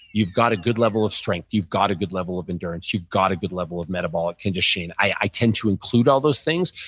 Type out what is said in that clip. you've got a good level of strength. you've got a good level of endurance. you've got a good level of metabolic conditioning. i tend to include all those things.